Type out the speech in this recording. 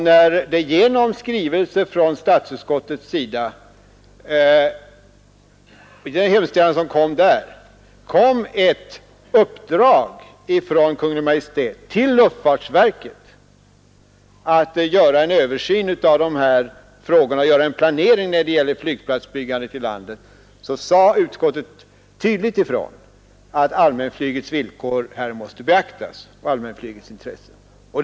När riksdagen i skrivelse till Kungl. Maj:t begärde att luftfartsverket skulle göra en översyn och planering när det gäller flygplatsbyggandet i landet, så sade statsutskottet tydligt ifrån att allmänflygets intressen och villkor här måste beaktas.